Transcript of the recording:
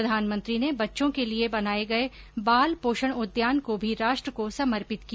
प्रधानमंत्री ने बच्चों के लिए बनाए गए बाल पोषण उद्यान को भी राष्ट्र को समर्पित किया